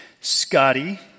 Scotty